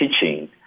teaching